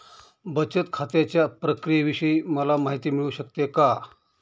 बचत खात्याच्या प्रक्रियेविषयी मला माहिती मिळू शकते का?